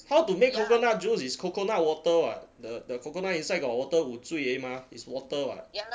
how to make coconut juice is coconut water [what] the the coconut inside got water wu zui eh mah is water [what]